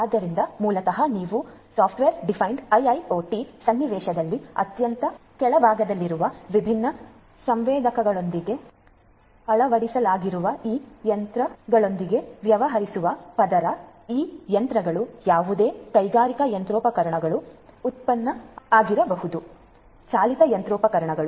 ಆದ್ದರಿಂದ ಮೂಲತಃ ನೀವು ಸಾಫ್ಟ್ವೇರ್ ಡಿಫೈನ್ಡ್ IIoT ಸನ್ನಿವೇಶದಲ್ಲಿ ಅತ್ಯಂತ ಕೆಳಭಾಗದಲ್ಲಿರುವುದು ವಿಭಿನ್ನ ಸಂವೇದಕಗಳೊಂದಿಗೆ ಅಳವಡಿಸಲಾಗಿರುವ ಈ ಯಂತ್ರಗಳೊಂದಿಗೆ ವ್ಯವಹರಿಸುವ ಪದರ ಈ ಯಂತ್ರಗಳು ಯಾವುದೇ ಕೈಗಾರಿಕಾ ಯಂತ್ರೋಪಕರಣಗಳು ಉತ್ಪಾದನೆ ಆಗಿರಬಹುದು ಚಾಲಿತ ಯಂತ್ರೋಪಕರಣಗಳು